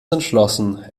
entschlossen